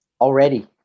Already